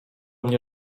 mnie